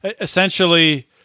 essentially